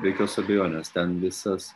be jokios abejonės ten visas